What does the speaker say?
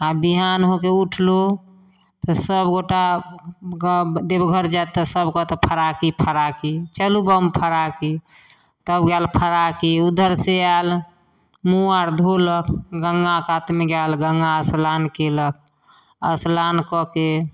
आ बिहान होके उठलहू तऽ सब गोटाके देबघर जायत तऽ सब कहत फराकी फराकी चलू बम फराकी तब ओ आयल फराकी उधर से आयल मूँह आर धोलक गङ्गा कातमे गेल गङ्गा स्नान केलक स्नान कऽ के